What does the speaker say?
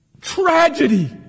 Tragedy